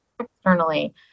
externally